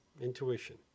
Intuition